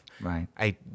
Right